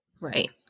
Right